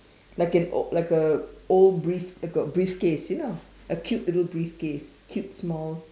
like an o~ like a old brief~ like a briefcase you know a cute little briefcase cute small